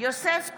יוסף טייב,